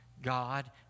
God